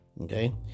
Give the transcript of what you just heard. okay